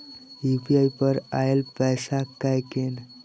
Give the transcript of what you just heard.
UPI पर आएल पैसा कै कैन?